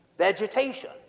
vegetation